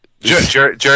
Jerry